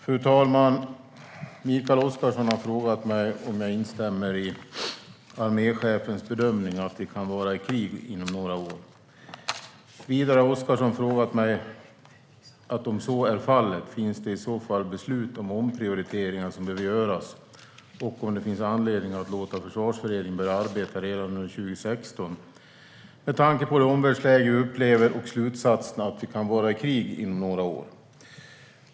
Svar på interpellationer Fru talman! Mikael Oscarsson har frågat mig om jag instämmer i arméchefens bedömning "att vi kan vara i krig inom några år". Vidare har Oscarsson frågat mig om det, om så är fallet, finns beslut och omprioriteringar som behöver göras och om det finns anledning att låta Försvarsberedningen börja arbeta redan under 2016, med tanke på "det omvärldsläge vi upplever" och "slutsatsen att vi kan vara i krig inom några år".